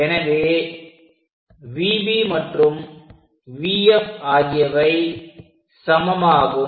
எனவே VB மற்றும் VF ஆகியவை சமமாகும்